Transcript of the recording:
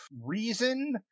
reason